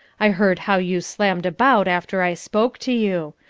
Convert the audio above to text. i heard how you slammed about after i spoke to you.